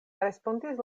respondis